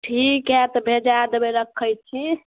ठीक हइ तऽ भेजा देबै रखै छी